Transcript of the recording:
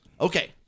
Okay